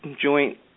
Joint